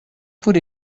por